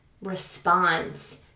response